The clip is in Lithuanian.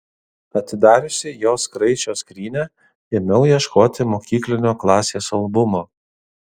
atidariusi jos kraičio skrynią ėmiau ieškoti mokyklinio klasės albumo